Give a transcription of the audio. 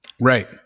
Right